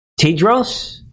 Tidros